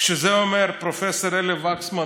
כשאת זה אומר פרופ' אלי וקסמן,